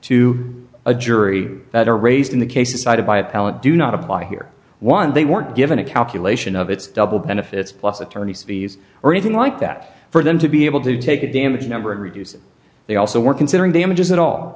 to a jury that are raised in the cases cited by appellant do not apply here one they weren't given a calculation of its double benefits plus attorneys fees or anything like that for them to be able to take a damage number and reduce they also were considering damages and all